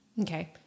Okay